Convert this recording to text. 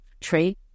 tree